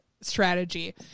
strategy